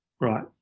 Right